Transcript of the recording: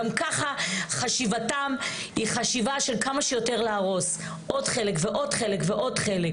גם ככה חשיבתם היא חשיבה של כמה שיותר להרוס עוד חלק ועוד חלק.